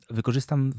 Wykorzystam